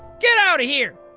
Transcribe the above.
get out of here!